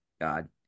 God